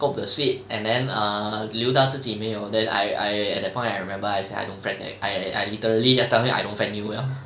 cope the sweet and then err 留到自己没有 then I I at that point I remember I say I don't friend them I I literally just tell him I don't friend you liao